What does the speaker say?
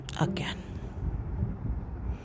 again